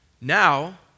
Now